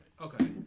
Okay